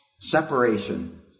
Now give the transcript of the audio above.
separation